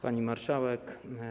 Pani Marszałek!